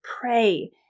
pray